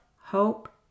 hope